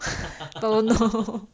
oh no